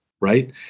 right